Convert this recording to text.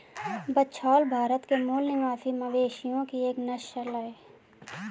बछौर भारत के मूल निवासी मवेशियों की एक नस्ल है